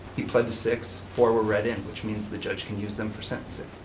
he plead to six, four were read in, which means the judge can use them for sentencing.